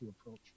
approach